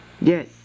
Yes